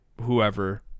whoever